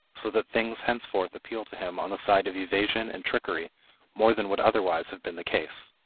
so that things henceforth appeal to him on the side of evasion and trickery more than would otherwise have been the case.